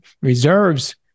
reserves